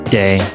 day